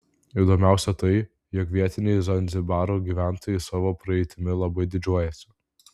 įdomiausia tai jog vietiniai zanzibaro gyventojai savo praeitimi labai didžiuojasi